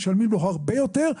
משלמים לו הרבה יותר,